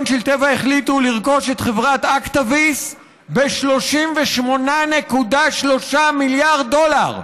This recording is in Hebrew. של טבע החליטו לרכוש את חברת אקטביס ב-38.3 מיליארד דולר.